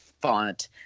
font